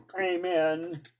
Amen